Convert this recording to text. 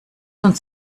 uns